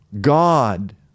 God